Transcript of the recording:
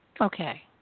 Okay